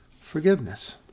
Forgiveness